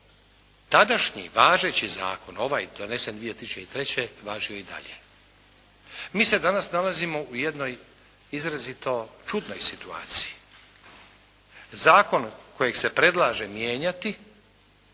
tadašnji važeći zakon ovaj donesen 2003. važio je i dalje. Mi se danas nalazimo u jednoj izrazito čudnoj situaciji. Zakon kojeg se predlaže mijenjati